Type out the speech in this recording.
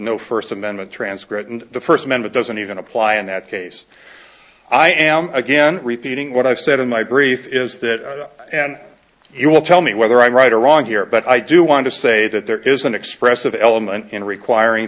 no first amendment transcript and the first amendment doesn't even apply in that case i am again repeating what i've said in my brief is that and you will tell me whether i'm right or wrong here but i do want to say that there is an expressive element in requiring